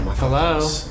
Hello